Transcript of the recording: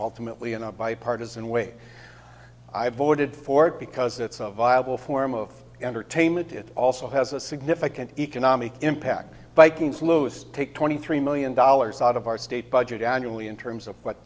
me in a bipartisan way i voted for it because it's of viable form of entertainment it also has a significant economic impact by kings louis take twenty three million dollars out of our state budget annually in terms of what